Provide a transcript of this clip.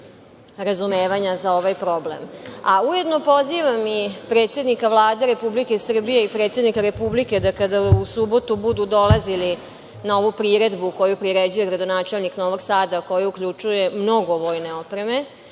razumevanja za ovaj problem. Ujedno pozivam i predsednika Vlade Republike Srbije i predsednika Republike, da kada u subotu budu dolazili na ovu priredbu, koju priređuje gradonačelnik Novog Sada, koji uključuje mnogo vojne opreme,